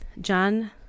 John